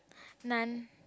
none